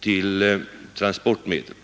till exempelvis transportmedel.